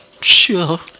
sure